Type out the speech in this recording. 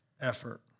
Effort